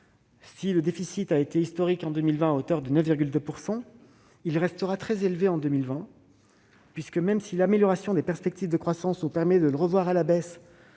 si le déficit a été historique en 2020, à hauteur de 9,2 %, il restera très élevé en 2021, même si l'amélioration des perspectives de croissance nous permet de le revoir à la baisse,